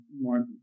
more